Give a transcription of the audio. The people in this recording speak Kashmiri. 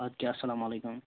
اَدٕ کیٛاہ اسلام علیکُم